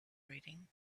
reading